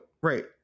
right